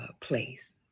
place